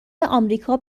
آمریکا